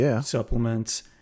supplements